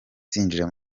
zinjira